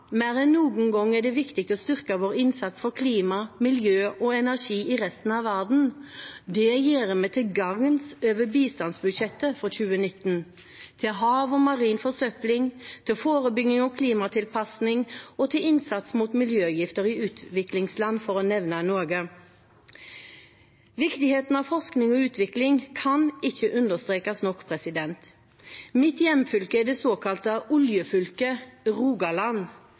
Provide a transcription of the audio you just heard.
Mer enn noen gang er det viktig å styrke vår innsats for klima, miljø og energi i resten av verden. Det gjør vi til gagns over bistandsbudsjettet for 2019 – til hav og marin forsøpling, til forebygging og klimatilpasning og til innsats mot miljøgifter i utviklingsland, for å nevne noe. Viktigheten av forskning og utvikling kan ikke understrekes nok. Mitt fylke er det såkalte oljefylket, Rogaland.